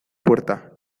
puerta